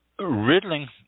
Riddling